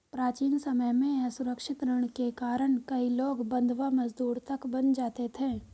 प्राचीन समय में असुरक्षित ऋण के कारण कई लोग बंधवा मजदूर तक बन जाते थे